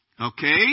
okay